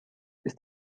ist